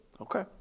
Okay